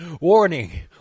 Warning